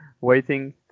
waiting